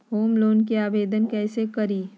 Home loan के आवेदन कैसे करि?